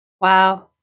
Wow